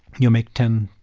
you'll make ten,